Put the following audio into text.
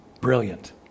Brilliant